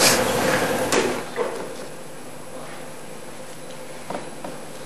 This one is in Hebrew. תודה